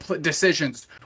decisions